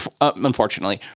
unfortunately